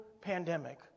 pandemic